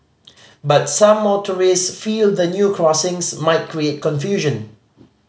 but some motorists feel the new crossings might create confusion